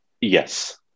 Yes